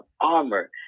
armor